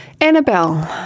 Annabelle